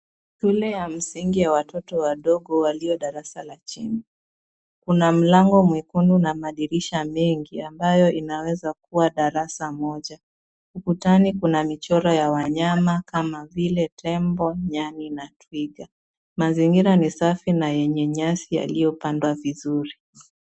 Shule ya msingi ya watoto wadogo walio darasa la chini. Kuna mlango mwekundu na madirisha mengi ambayo inaweza kuwa darasa moja. Ukutani kuna michoro ya wanyama kama vile tembo, nyani na twiga. Mazingira ni safi na yenye nyasi yaliyopandwa vizuri.